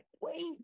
Wait